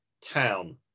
town